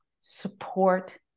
support